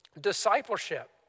discipleship